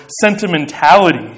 sentimentality